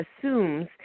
assumes